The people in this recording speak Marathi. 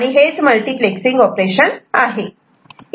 आणि हेच मल्टिप्लेक्ससिंग ऑपरेशन आहे